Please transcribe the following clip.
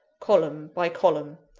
column by column.